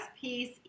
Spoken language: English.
piece